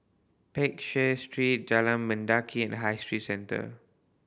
Peck Share Street Jalan Mendaki and High Street Centre